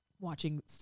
watching